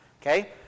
Okay